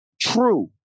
true